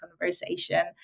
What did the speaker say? conversation